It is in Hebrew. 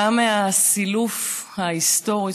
גם מהסילוף ההיסטורי.